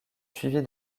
suivie